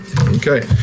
Okay